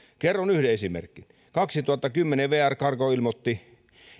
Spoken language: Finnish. kerron yhden esimerkin vuonna kaksituhattakymmenen vr cargo ilmoitti